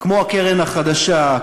כמו הקרן החדשה,